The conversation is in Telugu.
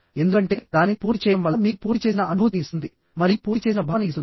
ఎందుకంటే దానిని పూర్తి చేయడం వల్ల మీకు పూర్తి చేసిన అనుభూతిని ఇస్తుంది మరియు పూర్తి చేసిన భావన ఇస్తుంది